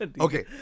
Okay